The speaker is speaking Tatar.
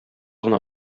гына